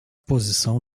posição